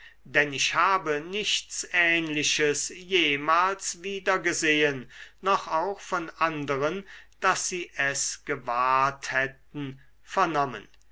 denn ich habe nichts ähnliches jemals wieder gesehen noch auch von anderen daß sie es gewahrt hätten vernommen